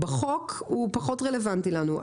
בחוק הוא פחות רלוונטי לנו,